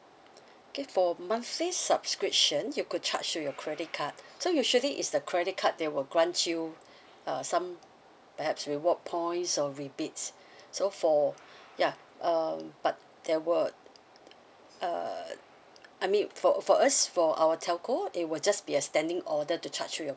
okay for monthly subscriptions you could charge to your credit card so usually it's the credit card that will grant you uh some perhaps reward points or rebates so for ya um but there were uh I mean for for us for our telco it will just be a standing order to charge to your